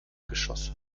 geschosse